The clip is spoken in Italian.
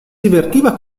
divertiva